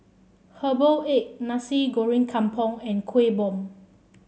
Herbal Egg Nasi Goreng Kampung and Kuih Bom